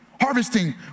harvesting